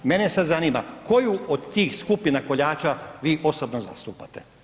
Mene sada zanima, koju od tih skupina koljača vi osobno zastupate?